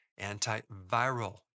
antiviral